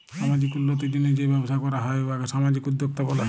সামাজিক উল্লতির জ্যনহে যে ব্যবসা ক্যরা হ্যয় উয়াকে সামাজিক উদ্যোক্তা ব্যলে